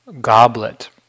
goblet